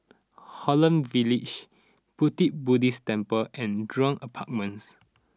Holland Village Pu Ti Buddhist Temple and Jurong Apartments